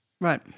Right